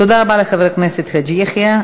תודה רבה לחבר הכנסת חאג' יחיא.